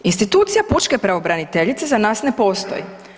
Institucija pučke pravobraniteljice za nas ne postoji.